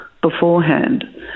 beforehand